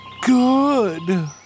good